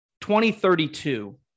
2032